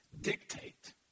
dictate